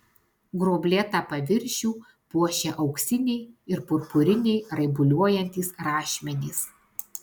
gruoblėtą paviršių puošė auksiniai ir purpuriniai raibuliuojantys rašmenys